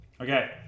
Okay